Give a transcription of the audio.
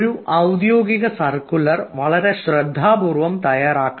ഒരു ഔദ്യോഗിക സർക്കുലർ വളരെ ശ്രദ്ധാപൂർവ്വം തയ്യാറാക്കണം